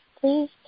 please